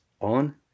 on